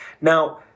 Now